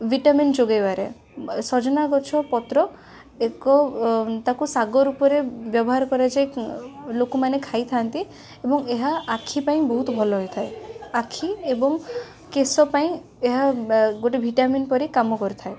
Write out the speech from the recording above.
vitamin ଯୋଗାଇବାରେ ଏ ସଜନ ଗଛ ପତ୍ର ଏକ ଅ ତାକୁ ଶାଗରୂପରେ ବ୍ୟବହାର କରାଯାଇ ଲୋକମାନେ ଖାଇଥାନ୍ତି ଏବଂ ଏହା ଆଖିପାଇଁ ବହୁତ ଭଲ ହୋଇଥାଏ ଆଖି ଏବଂ କେସ ପାଇଁ ଏହା ଏ ଗୋଟେ ଭିଟାମିନ୍ ପରି କାମ କରିଥାଏ